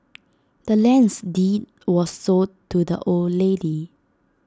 the land's deed was sold to the old lady